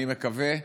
אני מקווה שיחד,